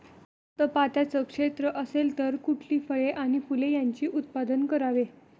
जास्त पात्याचं क्षेत्र असेल तर कुठली फळे आणि फूले यांचे उत्पादन करावे?